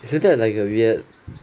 isn't that like a weird